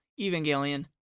Evangelion